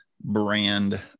brand